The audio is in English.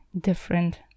different